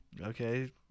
Okay